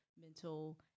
mental